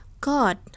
God